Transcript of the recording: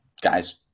guys